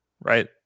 right